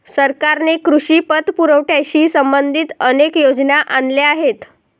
सरकारने कृषी पतपुरवठ्याशी संबंधित अनेक योजना आणल्या आहेत